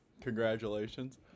congratulations